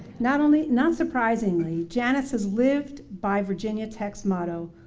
not only, not surprisingly, janice has lived by virginia tech's motto.